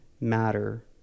matter